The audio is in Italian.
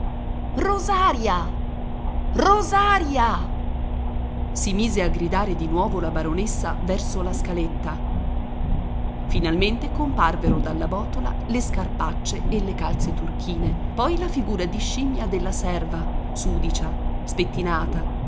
rosaria rosaria si mise a gridare di nuovo la baronessa verso la scaletta finalmente comparvero dalla botola le scarpaccie e le calze turchine poi la figura di scimmia della serva sudicia spettinata